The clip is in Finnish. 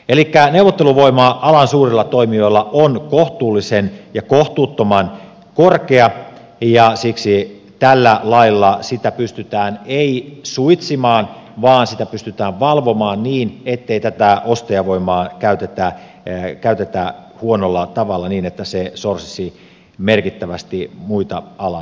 elikkä neuvotteluvoima alan suurilla toimijoilla on kohtuullisen ja kohtuuttoman korkea ja siksi tällä lailla sitä pystytään ei suitsimaan vaan valvomaan niin ettei tätä ostajavoimaa käytetä huonolla tavalla niin että se sorsisi merkittävästi muita alan toimijoita